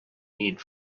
need